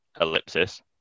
ellipsis